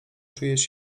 czujesz